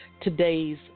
today's